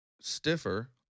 stiffer